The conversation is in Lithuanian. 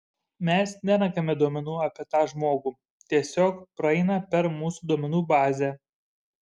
mes nerenkame duomenų apie tą žmogų tiesiog praeina per mūsų duomenų bazę